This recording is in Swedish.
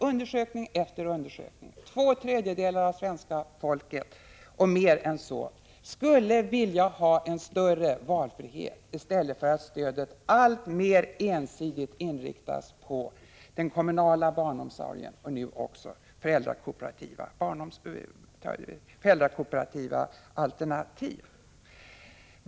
Undersökning efter undersökning visar att två tredjedelar av svenska folket och mer än så skulle önska att stödet till barnfamiljerna innebar större valfrihet i stället för att det alltmer ensidigt inriktas på den kommunala barnomsorgen och nu också föräldrakooperativa alternativ.